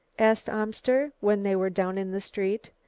asked amster when they were down in the street.